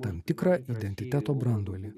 tam tikrą identiteto branduolį